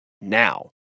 now